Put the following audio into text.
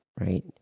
right